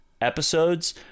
episodes